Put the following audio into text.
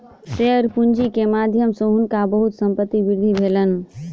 share पूंजी के माध्यम सॅ हुनका बहुत संपत्तिक वृद्धि भेलैन